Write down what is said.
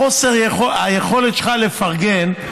חוסר היכולת שלך לפרגן,